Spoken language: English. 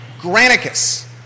Granicus